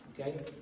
okay